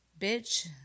bitch